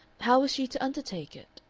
how is she to undertake it?